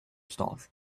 stalls